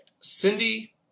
Cindy